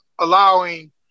allowing